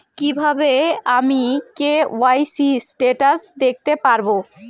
কিভাবে আমি KYC status দেখতে পারবো?